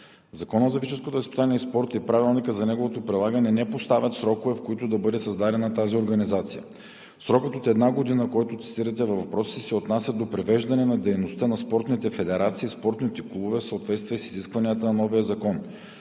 Законът за физическото възпитание и спорта и Правилникът за неговото прилагане не поставят срокове, в които да бъде създадена тази организация. Срокът от една година, който цитирате във въпроса си, се отнася до привеждане на дейността на спортните федерации, спортните клубове в съответствие с изискванията на новия закон.